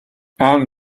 and